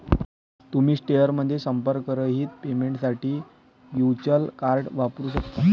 तुम्ही स्टोअरमध्ये संपर्करहित पेमेंटसाठी व्हर्च्युअल कार्ड वापरू शकता